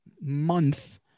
month